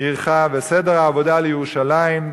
עירך וסדר העבודה לירושלים,